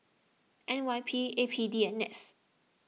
N Y P A P D and NETS